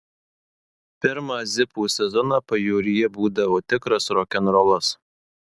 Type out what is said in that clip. pirmą zipų sezoną pajūryje būdavo tikras rokenrolas